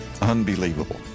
Unbelievable